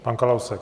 Pan Kalousek.